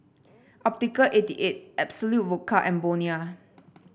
Optical Eighty Eight Absolut Vodka and Bonia